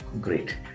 great